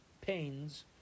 pains